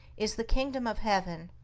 is the kingdom of heaven,